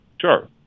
Sure